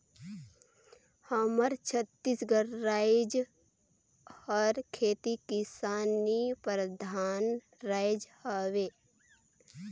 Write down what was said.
हमर छत्तीसगढ़ राएज हर खेती किसानी परधान राएज हवे